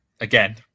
Again